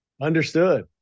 Understood